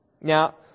Now